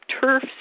turf